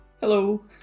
Hello